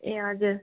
ए हजुर